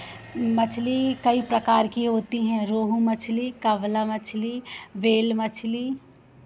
मछ्ली कई प्रकार की होती हैं रोहू मछ्ली कवला मछ्ली व्हेल मछ्ली